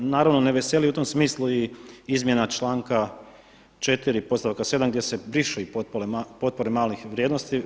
Naravno ne veseli u tom smislu i izmjena članka 4. podstavka 7. gdje se i brišu potpore malih vrijednosti.